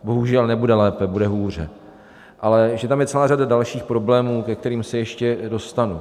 Bohužel nebude lépe, bude hůře, ale je tam celá řada dalších problémů, ke kterým se ještě dostanu.